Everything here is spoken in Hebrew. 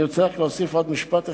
אני רוצה רק להוסיף עוד משפט אחד,